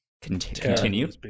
continue